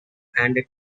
and